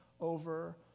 over